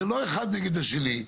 זה לא אחד נגד השני.